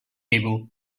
able